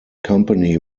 company